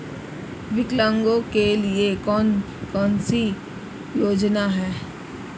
विकलांगों के लिए कौन कौनसी योजना है?